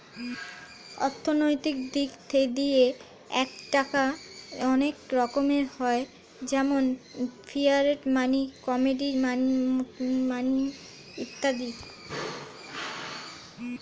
অর্থনৈতিক দিক দিয়ে টাকা অনেক রকমের হয় যেমন ফিয়াট মানি, কমোডিটি মানি ইত্যাদি